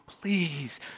please